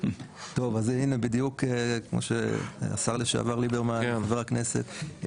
טוב אז הנה כמו שהשר לשעבר ליברמן חבר הכנסת,